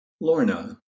Lorna